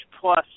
plus